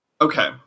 Okay